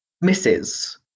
Misses